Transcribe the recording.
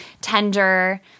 tender